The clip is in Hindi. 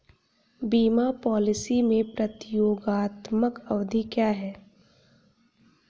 बीमा पॉलिसी में प्रतियोगात्मक अवधि क्या है?